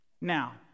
Now